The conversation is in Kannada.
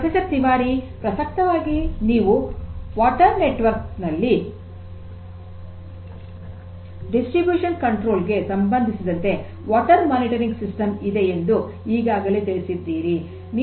ಪ್ರೊಫೆಸರ್ ತಿವಾರಿ ಪ್ರಸಕ್ತವಾಗಿ ನೀವು ವಾಟರ್ ನೆಟ್ವರ್ಕ್ ನಲ್ಲಿ ವಿತರಣಾ ನಿಯಂತ್ರಣಕ್ಕೆ ಸಂಭಂದಿಸಿದಂತೆ ವಾಟರ್ ಮಾನಿಟರಿಂಗ್ ಸಿಸ್ಟಮ್ ಇದೆ ಎಂದು ಈಗಾಗಲೇ ತಿಳಿಸಿದ್ದೀರಿ